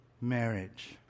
marriage